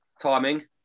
timing